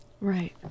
Right